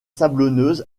sablonneuse